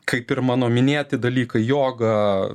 kaip ir mano minėti dalykai joga